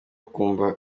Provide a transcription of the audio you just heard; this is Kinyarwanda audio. akumva